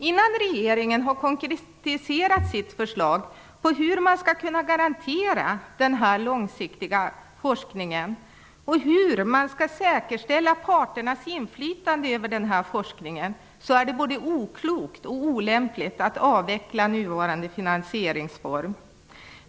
Innan regeringen har konkretiserat sitt förslag om hur man skall kunna garantera den långsiktiga forskningen och hur man skall säkerställa parternas inflytande över forskningen är det både oklokt och olämpligt att avveckla nuvarande finansieringsform.